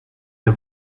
the